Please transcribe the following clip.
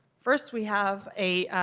first we have a